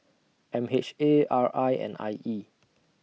M H A R I and I E